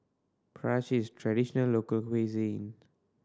prata cheese is a traditional local cuisine